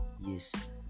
yes